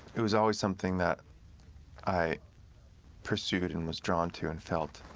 it was always something that i pursued and was drawn to and felt,